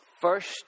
first